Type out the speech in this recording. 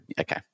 Okay